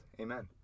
amen